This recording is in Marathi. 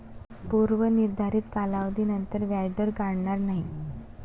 पूर्व निर्धारित कालावधीनंतर व्याजदर वाढणार नाही